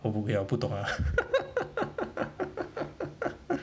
我不会 ah 我不懂 ah